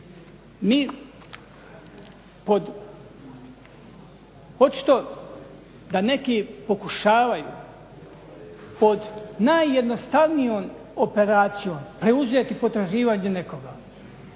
Očito da neki pokušavaju pod najjednostavnijom operacijom preuzeti potraživanje nekoga.